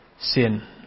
sin